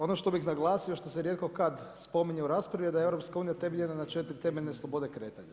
Ono što bih naglasio što se rijetko kad spominje u raspravi a da je EU temeljena na 4 temeljne slobode kretanja.